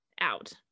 out